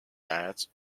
diets